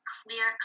clear